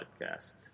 podcast